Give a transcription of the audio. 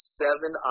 seven